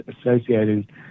associated